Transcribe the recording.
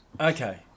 Okay